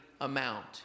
amount